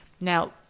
Now